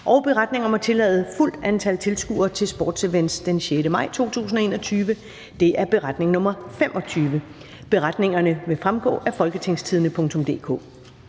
og Beretning om at tillade fuldt antal tilskuere til sportsevents fra den 6. maj 2021. (Beretning nr. 25). Beretningerne vil fremgå af www.folketingstidende.dk.